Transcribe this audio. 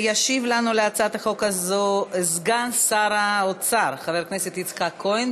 ישיב לנו על הצעת החוק הזאת סגן שר האוצר חבר הכנסת יצחק כהן.